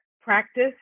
practice